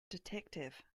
detective